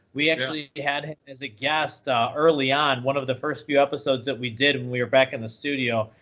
we actually had him as a guest early on one of the first few episodes that we did when we were back in the studio,